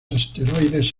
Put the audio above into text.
asteroides